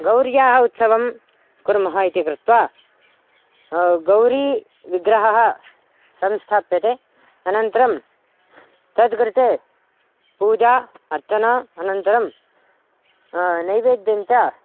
गौर्याः उत्सवं कुर्मः इति कृत्वा गौरीविग्रहः संस्थाप्यते अनन्तरं तद् कृते पूजा अर्चना अनन्तरं नैवेद्यं च